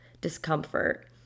discomfort